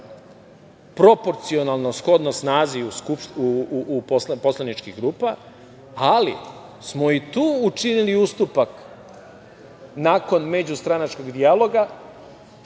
proporcionalno shodno snazi poslaničkih grupa, ali smo i tu učinili ustupak nakon međustranačkog dijaloga